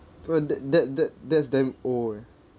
when that that that that's damn old eh